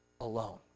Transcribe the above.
alone